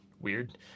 Weird